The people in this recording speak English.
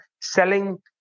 selling